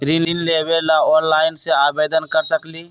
ऋण लेवे ला ऑनलाइन से आवेदन कर सकली?